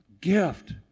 gift